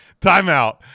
timeout